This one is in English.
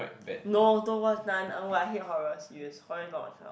no don't watch Nun !wah! I hate horrors serious horror is not my kind of